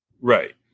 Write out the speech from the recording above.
Right